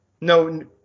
no